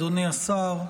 אדוני השר,